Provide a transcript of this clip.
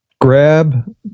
grab